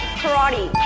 karate.